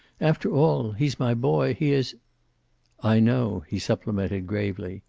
after all, he's my boy. he is i know, he supplemented gravely.